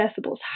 decibels